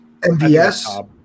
MBS